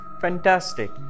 Fantastic